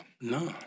No